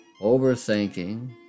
overthinking